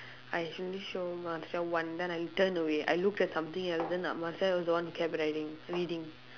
I actually show him [one] then I turned away I looked at something else then marcia was the one who kept riding reading